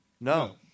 No